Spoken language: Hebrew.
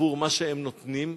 עבור מה שהם נותנים.